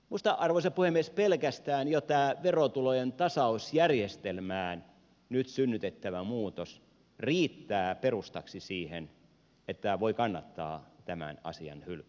minusta arvoisa puhemies pelkästään jo tämä verotulojen tasausjärjestelmään nyt synnytettävä muutos riittää perustaksi siihen että voi kannattaa tämän asian hylkyä